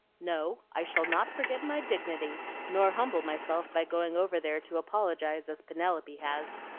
no, i shall not forget my dignity nor humble myself by going over there to apologize as penelope has.